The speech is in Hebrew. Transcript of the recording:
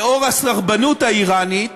לאור הסרבנות האיראנית,